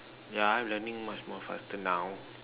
ya learning much more faster now